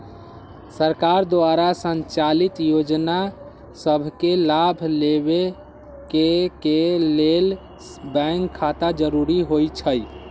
सरकार द्वारा संचालित जोजना सभके लाभ लेबेके के लेल बैंक खता जरूरी होइ छइ